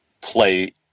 play